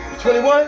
21